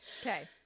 okay